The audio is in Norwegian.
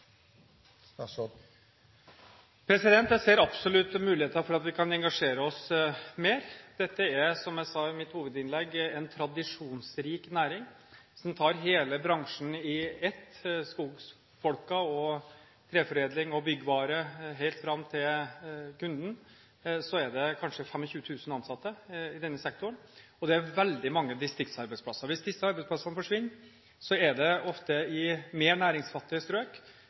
Jeg ser absolutt muligheter for at vi kan engasjere oss mer. Dette er, som jeg sa i mitt hovedinnlegg, en tradisjonsrik næring. Hvis en ser hele bransjen under ett – skogsfolkene, treforedling og byggvare helt fram til kunden – er det kanskje 25 000 ansatte i denne sektoren, og det er veldig mange distriktsarbeidsplasser. Hvis disse arbeidsplassene forsvinner, er det ofte i mer næringsfattige strøk,